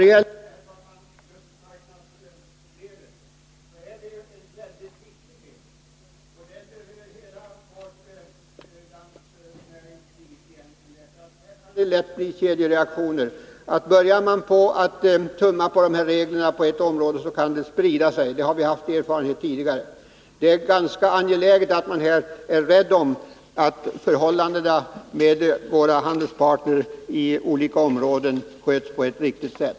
De handelspolitiska synpunkterna och vårt förhållande till EG är också viktiga delar, som berör hela vårt näringsliv. Här kan det lätt uppstå kedjereaktioner — börjar man tumma på reglerna på ett område, kan de reaktioner som uppstår lätt sprida sig. Det har vi haft erfarenheter av tidigare. Det är därför angeläget att vara rädd om förhållandena med våra handelspartner i olika länder och respektera gällande regler på ett riktigt sätt.